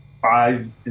five